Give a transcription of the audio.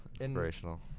Inspirational